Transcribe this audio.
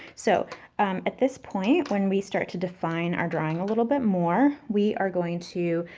so at this point when we start to define our drawing a little bit more, we are going to,